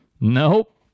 Nope